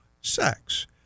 sex